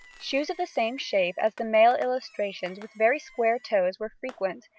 shoes of the same shape as the male illustrations, with very square toes, were frequent,